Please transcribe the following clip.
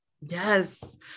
yes